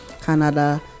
Canada